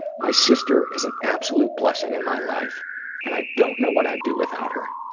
my sister is an absolute blessing in my life and i don't know what i'd do without her.